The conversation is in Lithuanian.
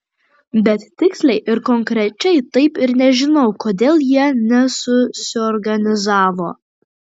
bet tiksliai ir konkrečiai taip ir nežinau kodėl jie nesusiorganizavo